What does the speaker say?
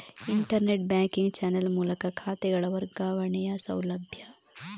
internet banking channel ಮೂಲಕ ಖಾತೆಗಳ ವರ್ಗಾವಣೆಯ ಸೌಲಭ್ಯ